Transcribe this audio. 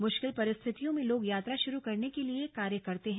मुश्किल परिस्थितियों में लोग यात्रा शुरू करने के लिए कार्य करते हैं